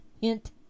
hint